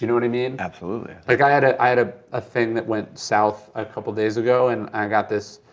you know what i mean? absolutely. like i had ah i had ah a thing that went south a couple of days ago and i got this